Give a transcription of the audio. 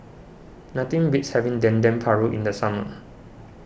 nothing beats having Dendeng Paru in the summer